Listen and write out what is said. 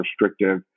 restrictive